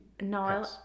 No